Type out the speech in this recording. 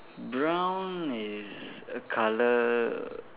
brown is a color